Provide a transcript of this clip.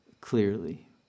clearly